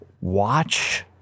watch